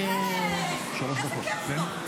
בסדר-היום.